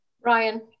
Ryan